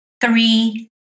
three